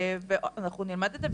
אנחנו נלמד את זה.